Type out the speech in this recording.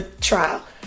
trial